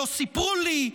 "לא סיפרו לי",